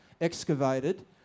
excavated